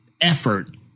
effort